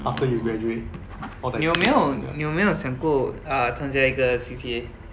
mm orh 你有没有你有没有想过 uh 参加一个 C_C_A